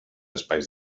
espais